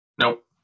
Nope